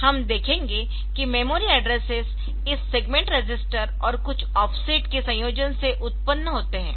हम देखेंगे कि मेमोरी एड्रेसेस इस सेगमेंट रजिस्टर और कुछ ऑफसेट के संयोजन से उत्पन्न होते है